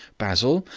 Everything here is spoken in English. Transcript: basil,